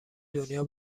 دنیا